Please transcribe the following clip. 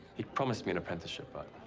he promised me an apprenticeship, but